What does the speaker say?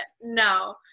no